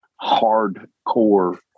hardcore